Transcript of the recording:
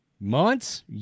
months